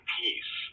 peace